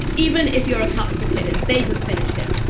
even if you're a couch potato, they just finish it.